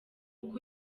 uko